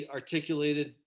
articulated